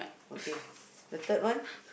okay the third one